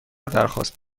درخواست